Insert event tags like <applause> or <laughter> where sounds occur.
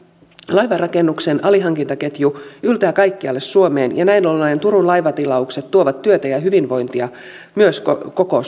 laivanrakennuksen alihankintaketju yltää kaikkialle suomeen ja näin ollen turun laivatilaukset tuovat työtä ja hyvinvointia myös koko koko <unintelligible>